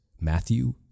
Matthew